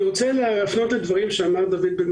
אני רוצה להפנות לדברים שאמר דוד בן